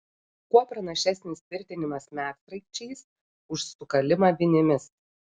kuo pranašesnis tvirtinimas medsraigčiais už sukalimą vinimis